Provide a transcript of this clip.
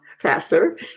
faster